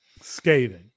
Scathing